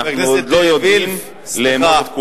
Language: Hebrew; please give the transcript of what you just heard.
אנחנו עוד לא יודעים לאמוד את כולם.